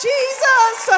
Jesus